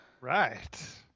Right